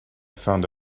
found